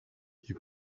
you